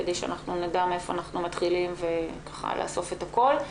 כדי שאנחנו נדע מאיפה אנחנו מתחילים ונוכל לאסוף את הכול.